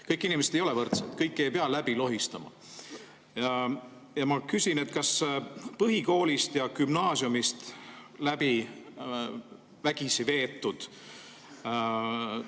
Kõik inimesed ei ole võrdsed, kõiki ei pea läbi lohistama. Ma küsin: kas põhikoolist ja gümnaasiumist vägisi läbiveetud